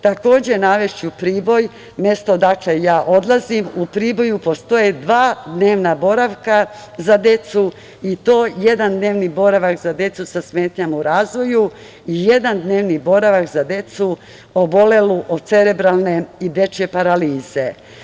Takođe, navešću Priboj, mesto odakle ja odlazim, u Priboju postoje dva dnevna boravka za decu, i to jedan dnevni boravak za decu sa smetnjama u razvoju i jedan dnevni boravak za decu obolelu od cerebralne i dečje paralize.